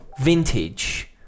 vintage